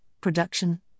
production